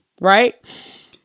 right